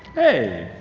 hey!